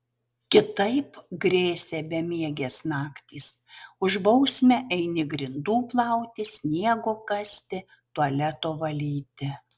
kitaip grėsė bemiegės naktys už bausmę eini grindų plauti sniego kasti tualeto valyti